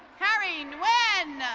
harry wynn.